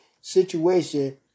situation